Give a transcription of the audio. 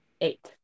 eight